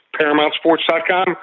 paramountsports.com